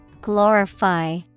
Glorify